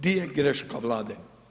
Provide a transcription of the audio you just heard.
Di je greška Vlade?